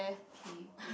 K good